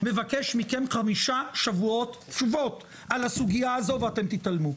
מבקש מכם חמישה שבועות תשובות על הסוגיה הזו ואתם תתעלמו,